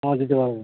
হ্যাঁ দিতে পারবো